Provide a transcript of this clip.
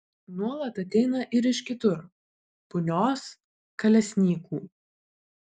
nuolat ateina ir iš kitur punios kalesnykų